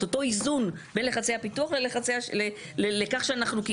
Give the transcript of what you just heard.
את אותו איזון בין לחצי הפיתוח לכך שאנחנו,